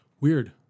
Weird